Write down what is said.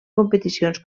competicions